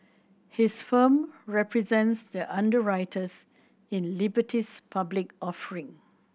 his firm represents the underwriters in Liberty's public offering